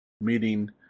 meeting